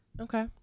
okay